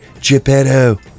Geppetto